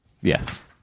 yes